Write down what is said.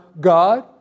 God